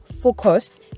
focus